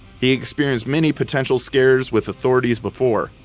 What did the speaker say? he experienced many potential scares with authorities before,